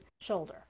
shoulder